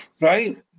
Right